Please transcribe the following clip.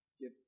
give